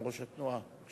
ראש התנועה.